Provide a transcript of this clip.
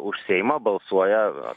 už seimą balsuoja